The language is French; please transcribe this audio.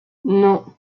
non